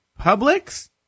Publix